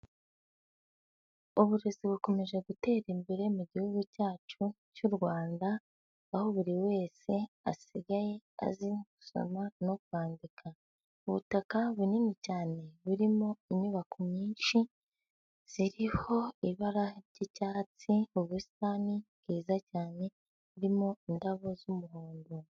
Uburezi bukomeje gutera imbere mu gihugu cyacu cy'u Rwanda, aho buri wese asigaye azi gusoma no kwandika. Ubutaka bunini cyane burimo inyubako nyinshi ziriho ibara ry'icyatsi, ubusitani bwiza cyane burimo indabo z'umuhondo.